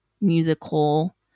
musical